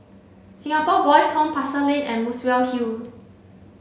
Singapore Boys' Home Pasar Lane and Muswell Hill